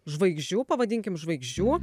žvaigždžių pavadinkim žvaigždžių